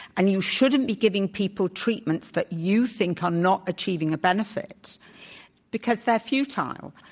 and you shouldn't be giving people treatments that you think are not achieving a benefit because they're futile.